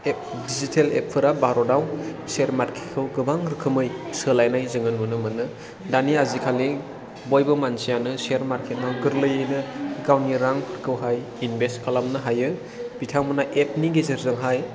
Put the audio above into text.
digital app फोरा भारताव share market खौ गोबां रोखोमै सोलायनाय जोङो नुनो मोनो दानि आजिखालि बयबो मानसियानो सेयार मार्केट आव गोरलैयैनो गावनि रांफोरखौहाय इनभेस्ट खालामनो हायो बिथांमोना एप नि गेजेरजोंहाय